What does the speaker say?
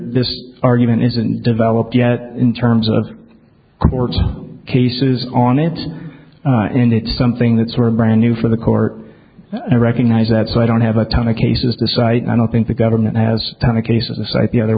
this argument isn't developed yet in terms of court cases on it and it's something that's were brand new for the court and i recognize that so i don't have a ton of cases despite i don't think the government has done a case of the site the other